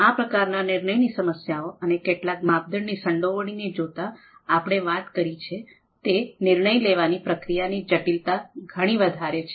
આ પ્રકારના નિર્ણય ની સમસ્યાઓ અને કેટલાક માપદંડની સંડોવણી ને જોતાં આપણે વાત કરી છે તે નિર્ણય લેવાની પ્રક્રિયા ની જટિલતા ઘણી વધારે છે